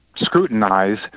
scrutinize